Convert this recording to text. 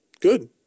good